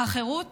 החירות